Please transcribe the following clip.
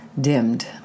dimmed